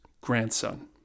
grandson